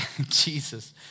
Jesus